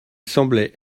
semblait